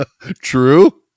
True